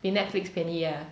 比 Netflix 便宜 ah